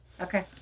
Okay